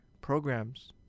programs